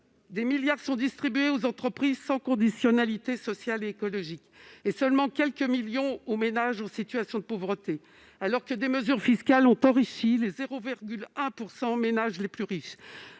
Des milliards d'euros sont distribués aux entreprises, sans conditionnalité sociale et écologique, mais seulement quelques millions d'euros aux ménages en situation de pauvreté, alors que des mesures fiscales ont enrichi les 0,1 % des ménages les plus riches.